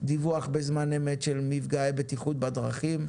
דיווח בזמן אמת על מפגעי בטיחות בדרכים,